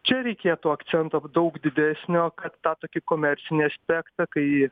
čia reikėtų akcento daug didesnio kad tą tokį komercinį aspektą kai